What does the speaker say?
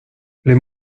les